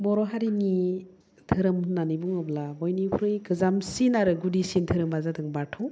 बर' हारिनि दोहोरोम होननानै बुङोब्ला बयनिख्रुइ गोजामसिन आरो गुदिसिन दोहोरोमा जादों बाथौ